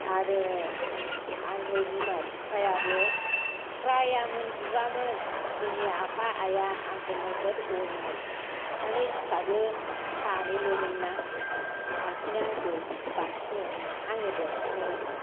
आरो आंखौ बिमा बिफायाबो रायामोन बुवामोन जोंनि आफा आइया आंखौ नोगोद अनोमोन माने फिसाजो सानैल'मोन ना ओंखायनो आंखौ बांसिन अनोमोन आंनो देरसिनमोन नालाय